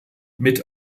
mit